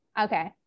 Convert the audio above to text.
okay